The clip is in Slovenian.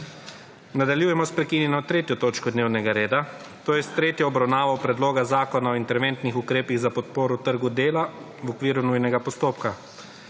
Nadaljujemo s prekinjeno **3. točko dnevnega reda, to je s tretjo obravnavo predloga Zakona o interventnih ukrepih za podporo trgu dela** v okviru nujnega postopka.